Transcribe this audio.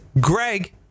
Greg